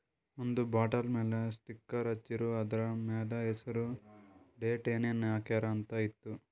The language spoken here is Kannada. ಒಂದ್ ಬಾಟಲ್ ಮ್ಯಾಲ ಸ್ಟಿಕ್ಕರ್ ಹಚ್ಚಿರು, ಅದುರ್ ಮ್ಯಾಲ ಹೆಸರ್, ಡೇಟ್, ಏನೇನ್ ಹಾಕ್ಯಾರ ಅಂತ್ ಇತ್ತು